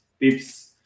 Pips